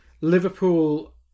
Liverpool